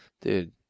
Dude